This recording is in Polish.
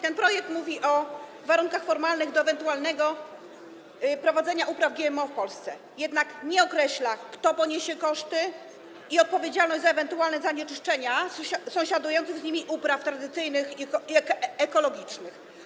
Ten projekt mówi o formalnych warunkach odnoszących się do ewentualnego prowadzenia upraw GMO w Polsce, jednak nie określa, kto poniesie koszty i odpowiedzialność za ewentualne zanieczyszczenia sąsiadujących z nimi upraw tradycyjnych i ekologicznych.